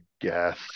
guess